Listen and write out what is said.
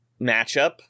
matchup